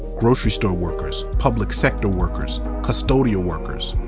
grocery store workers, public sector workers, custodial workers.